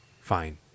Fine